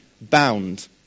bound